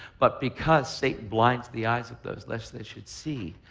but because satan blinds the eyes of those lest they should see,